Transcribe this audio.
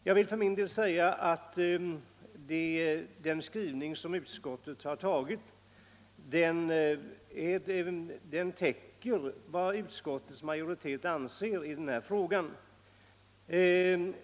Jag vill hävda att den skrivning som utskottet har stannat för täcker det väsentliga.